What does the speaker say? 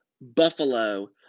buffalo